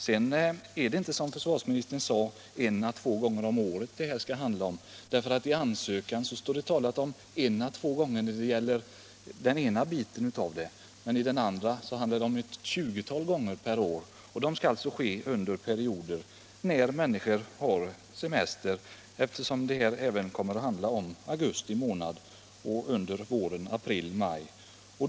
Det handlar inte, som försvarsministern sade, om sprängningar en å två gånger om året. I ansökan talas det om en till två gånger om året när det gäller försvarets materielverks försöksverksamhet men om ett tjugotal gånger per år när det gäller flottans utbildning i sprängtjänst. Dessa sprängningar skall alltså göras under perioder när människor har semester, under augusti månad och under april och maj.